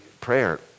prayer